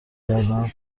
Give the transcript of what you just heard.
کردهاند